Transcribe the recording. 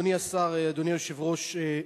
אדוני השר, אדוני היושב-ראש,